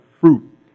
fruit